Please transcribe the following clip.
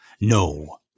No